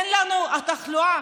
אין לנו תחלואה,